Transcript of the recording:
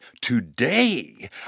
today